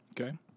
Okay